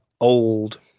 old